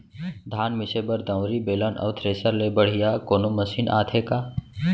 धान मिसे बर दंवरि, बेलन अऊ थ्रेसर ले बढ़िया कोनो मशीन आथे का?